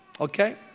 Okay